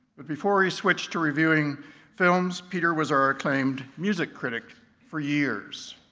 but before he switched to reviewing films, peter was our acclaimed music critic for years.